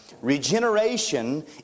Regeneration